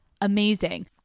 Amazing